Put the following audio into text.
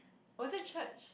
was it church